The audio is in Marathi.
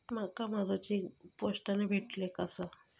माका माझो चेकबुक पोस्टाने भेटले आसा